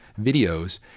videos